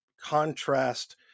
contrast